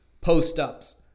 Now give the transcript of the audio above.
post-ups